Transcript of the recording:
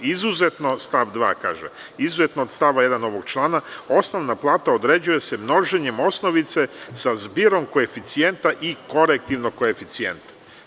Stav 2. kaže - izuzetno od stava 1. ovog člana osnovna plata određuje se množenjem osnovice sa zbirom koeficijenta i korektivnog koeficijenta.